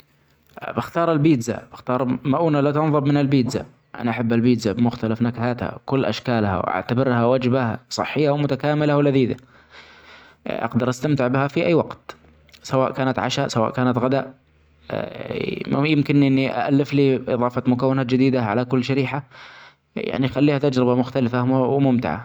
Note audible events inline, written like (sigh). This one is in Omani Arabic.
بختار البيتزا ، بختار مؤونة لا تنظب من البيتزا أنا أحب البيتزا بمختلف نكهاتها وكل أشكالها وأعتبرها وجبة صحيه ومتكاملة ولذيذة ، أقدر أستمتع بها في أي وقت سواء كانت عشاء سواء كانت غداء ، (hesitation) يمكن إني ألفلي إظافة مكونات جديدة علي كل شريحة ، يعني خليها تجربة مختلفة وممتعة.